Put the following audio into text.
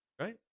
right